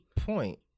point